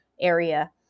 area